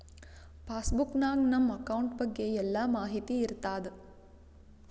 pass book ನಾಗ್ ನಮ್ account ಬಗ್ಗೆ ಎಲ್ಲಾ ಮಾಹಿತಿ ಇರ್ತಾದ